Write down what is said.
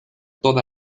toda